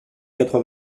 quatre